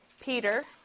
Peter